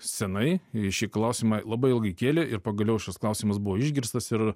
senai šį klausimą labai ilgai kėlė ir pagaliau šis klausimas buvo išgirstas ir